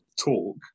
talk